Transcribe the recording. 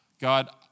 God